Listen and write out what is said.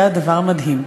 היה דבר מדהים.